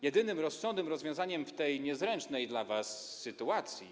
Jedynym rozsądnym rozwiązaniem w tej niezręcznej dla was sytuacji.